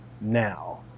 now